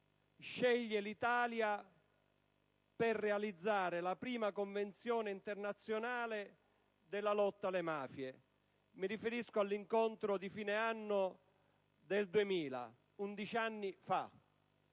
scelto l'Italia per realizzare la prima convenzione internazionale sulla lotta alle mafie - mi riferisco all'incontro tenutosi alla fine del 2000, ovvero 11 anni fa